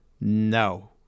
No